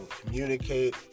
communicate